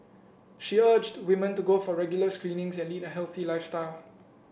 she urged women to go for regular screenings and lead a healthy lifestyle